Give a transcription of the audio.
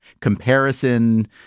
comparison